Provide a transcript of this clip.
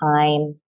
time